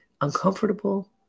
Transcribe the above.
uncomfortable